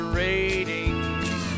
ratings